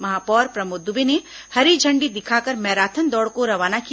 महापौर प्रमोद दुबे ने हरी झण्डी दिखाकर मैराथन दौड़ को रवाना किया